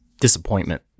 disappointment